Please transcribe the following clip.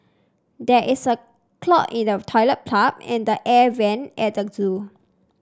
there is a clog in the toilet pipe and the air vent at the zoo